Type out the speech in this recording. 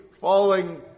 falling